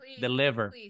deliver